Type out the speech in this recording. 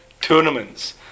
tournaments